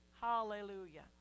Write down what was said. Hallelujah